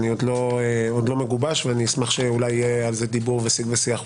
אני עוד לא מגובש ואשמח שיהיה על זה דיבור ושיג ושיח,